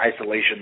isolation